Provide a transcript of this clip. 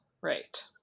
right